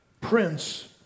Prince